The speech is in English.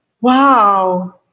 Wow